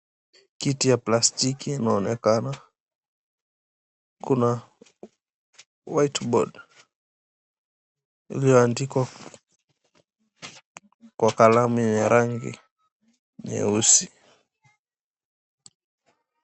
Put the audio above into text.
Kiti ya plastiki inaonekana kuna whiteboard iliyoandikwa kwa kalamu ya rangi nyeusi.